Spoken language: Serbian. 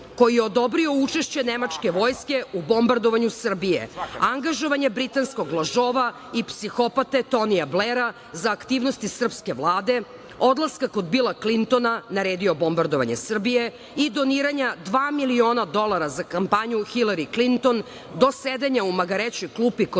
koji je odobrio učešće nemačke vojske u bombardovanju Srbije, angažovanja britanskog lažova i psihopate Tonija Blera za aktivnosti srpske Vlade, odlaska kod Bila Klintona, naredio bombardovanje Srbije i doniranja dva miliona dolara za kampanju Hilari Klinton, do sedenja u magarećoj klupi kod